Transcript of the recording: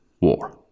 War